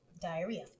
diarrhea